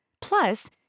Plus